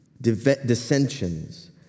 dissensions